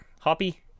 Hoppy